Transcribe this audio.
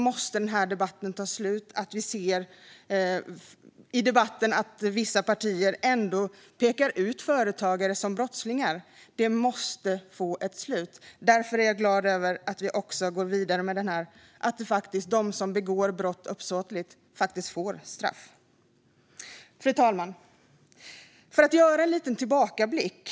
Men i debatten ser vi ändå att vissa partier utpekar företagare som brottslingar. Det måste få ett slut. Därför är jag glad för att vi går vidare med detta, så att de som uppsåtligt begår brott också får straff. Fru talman! Låt mig göra en liten tillbakablick.